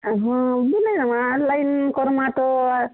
ହଁ କର୍ମା ତ